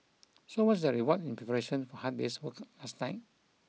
so what's their reward in preparation for a hard day's work last night